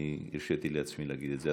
אני הרשיתי לעצמי להגיד את זה.